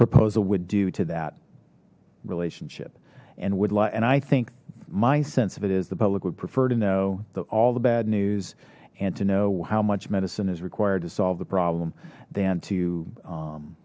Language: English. proposal would do to that relationship and would la and i think my sense of it is the public would prefer to know that all the bad news and to know how much medicine is required to solve the problem than to